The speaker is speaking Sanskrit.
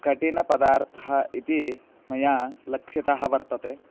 कठिनपदार्थः इति मया लक्षितः वर्तते